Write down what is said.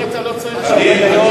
אדוני היושב-ראש,